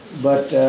but,